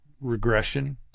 regression